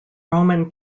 roman